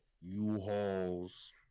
U-Hauls